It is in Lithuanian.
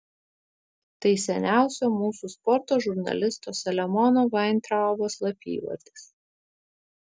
tai seniausio mūsų sporto žurnalisto saliamono vaintraubo slapyvardis